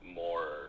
more